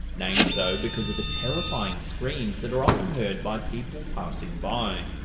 named so because of the terrifying screams that are often heard by people passing by.